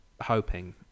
hoping